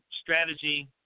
strategy